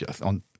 on